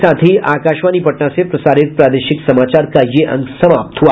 इसके साथ ही आकाशवाणी पटना से प्रसारित प्रादेशिक समाचार का ये अंक समाप्त हुआ